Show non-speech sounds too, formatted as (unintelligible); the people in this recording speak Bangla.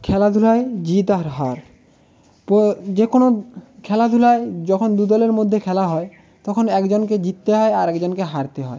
খেলাধুলায় জিত আর হার (unintelligible) যে কোনো খেলাধুলায় যখন দু দলের মধ্যে খেলা হয় তখন একজনকে জিততে হয় আরেকজনকে হারতে হয়